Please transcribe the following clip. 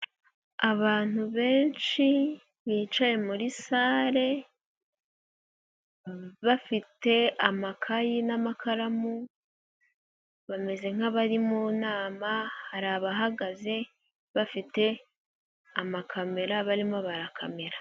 Abantu benshi bicaye muri sale, bafite amakayi n'amakaramu bameze nk'abari mu nama, hari abahagaze bafite amakamera barimo barakamera.